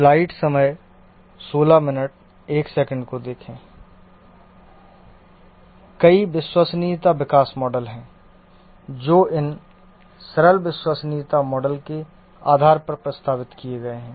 कई विश्वसनीयता विकास मॉडल हैं जो इन सरल विश्वसनीयता मॉडल के आधार पर प्रस्तावित किए गए हैं